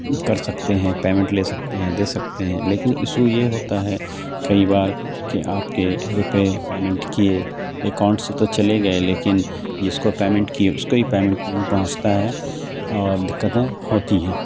کر سکتے ہیں پیمنٹ لے سکتے ہیں دے سکتے ہیں لیکن ایسو یہ ہوتا ہے کئی بار کہ آپ کے روپے پیمنٹ کیے اکاؤنٹ سے تو چلے گئے لیکن جس کو پیمنٹ کیے اس کو ہی پیمنٹ نہیں پہنچتا ہے اور دقتیں ہوتی ہیں